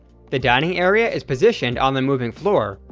the dining area is positioned on the moving floor,